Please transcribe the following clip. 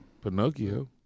Pinocchio